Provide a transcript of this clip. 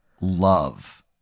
love